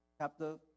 chapter